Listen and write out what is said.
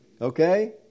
Okay